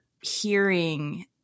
hearing